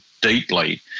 deeply